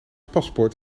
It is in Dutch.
paspoort